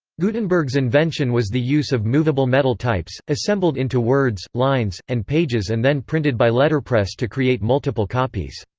gutenberg's invention was the use of movable metal types, assembled into words, lines, and pages and then printed by letterpress to create multiple copies.